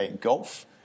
golf